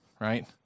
right